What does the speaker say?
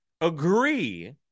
agree